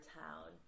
town